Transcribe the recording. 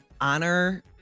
honor